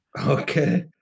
Okay